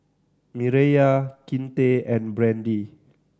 Mireya Kinte and Brandy